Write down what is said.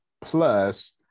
plus